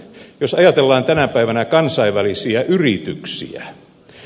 jos ajatellaan tänä päivänä kansainvälisiä yrityksiä